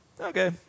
Okay